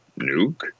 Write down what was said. nuke